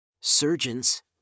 Surgeons